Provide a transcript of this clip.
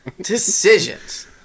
decisions